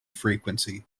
frequency